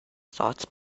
thoughts